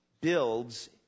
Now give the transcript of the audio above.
builds